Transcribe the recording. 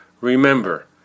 Remember